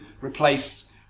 replaced